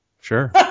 Sure